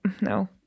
No